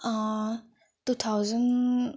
two thousand